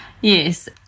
Yes